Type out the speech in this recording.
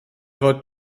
fod